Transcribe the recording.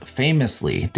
famously